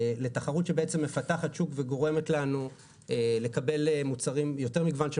לתחרות שבעצם מפתחת שוק וגורמת לנו לקבל יותר מגוון של